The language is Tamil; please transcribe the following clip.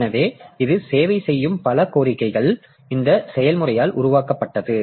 எனவே இது சேவை செய்யும் பல கோரிக்கைகள் இந்த செயல்முறையால் உருவாக்கப்பட்டது